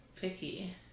picky